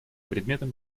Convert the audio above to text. предметом